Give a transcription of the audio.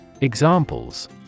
Examples